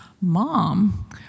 Mom